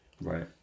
Right